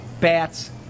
bats